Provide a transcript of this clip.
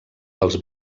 pels